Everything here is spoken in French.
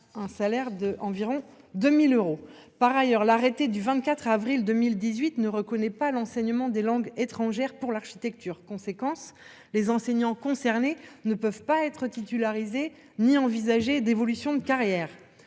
un salaire d'environ 2000 euros par ailleurs l'arrêté du 24 avril 2018, ne reconnaît pas l'enseignement des langues étrangères pour l'architecture. Conséquence, les enseignants concernés ne peuvent pas être titularisé ni envisagé d'évolution de carrière.